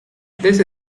this